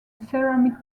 ceramic